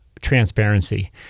transparency